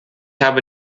habe